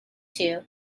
too